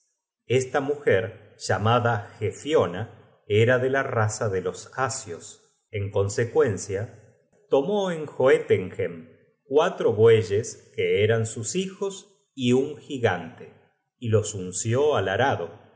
esta mujer llamada gefiona era de la raza de los asios en consecuencia tomó en joetenhem cuatro bueyes que eran sus hijos y un gigante y los unció al arado